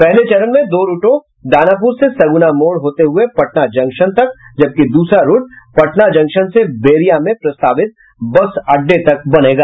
पहले चरण में दो रूटों दानापुर से सगुना मोड़ होते हुये पटना जंक्शन तक जबकि दूसरा रूट पटना जंक्शन से बेरिया में प्रस्तावित बस अड्डे तक बनेगा